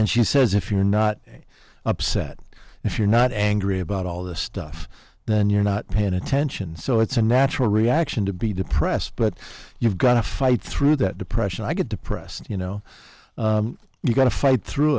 and she says if you're not upset if you're not angry about all this stuff then you're not paying attention so it's a natural reaction to be depressed but you've got to fight through that depression i get depressed you know you've got to fight through